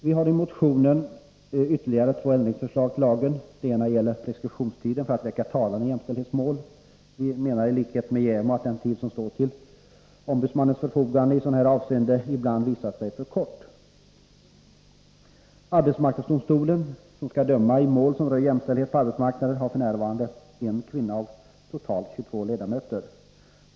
Vi har i vår motion ytterligare två förslag till ändring av lagen. Det ena gäller preskriptionstiden för att väcka talan i jämställdhetsmål. Vi menar i likhet med JämO att den tid som står till ombudsmannens förfogande i sådana här ärenden ibland visat sig vara för kort. Arbetsmarknadsdomstolen, som skall döma i mål som rör jämställdheten på arbetsmarknaden, har f. n. en kvinna av totalt 22 ledamöter.